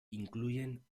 incluyen